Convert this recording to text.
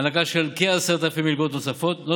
הענקה של כ-10,000 מלגות נוספות,